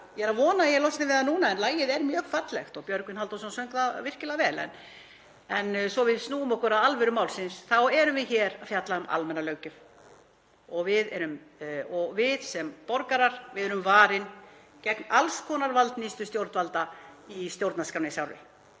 Ég er að vona að ég losni við það núna en lagið er mjög fallegt og Björgvin Halldórsson söng það virkilega vel. En svo við snúum okkur að alvöru málsins þá erum við hér að fjalla um almenna löggjöf og við sem borgarar erum varin gegn alls konar valdníðslu stjórnvalda í stjórnarskránni sjálfri,